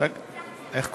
אני מסיים.